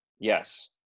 Yes